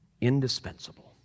indispensable